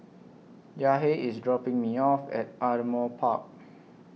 Yahir IS dropping Me off At Ardmore Park